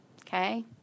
Okay